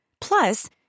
Plus